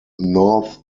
north